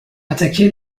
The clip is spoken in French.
attaquer